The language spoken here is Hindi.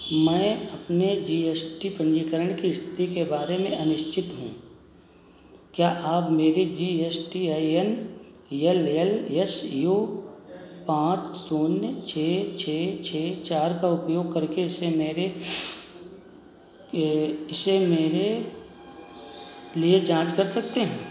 मैं अपने जी एस टी पंजीकरण की स्थिति के बारे में अनिश्चित हूँ क्या आप मेरे G S T I N L L S U पाँच शून्य छः छः छः चार का उपयोग करके इससे मेरे ये इसे मेरे लिए जाँच कर सकते हैं